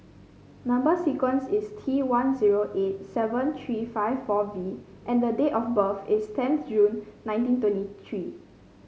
number sequence is T one zero eight seven three five four V and the date of birth is tenth June ninety twenty three